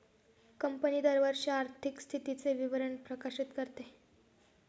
company दरवर्षी आर्थिक स्थितीचे विवरण प्रकाशित करते